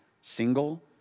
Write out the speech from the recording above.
single